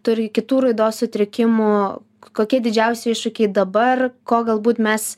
turi kitų raidos sutrikimų kokie didžiausi iššūkiai dabar ko galbūt mes